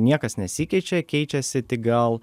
niekas nesikeičia keičiasi tik gal